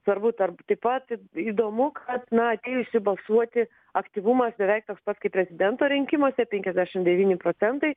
svarbu tarp taip pat įdomu kad na atėjusi balsuoti aktyvumas beveik toks pat kaip prezidento rinkimuose penkiasdešimt devyni procentai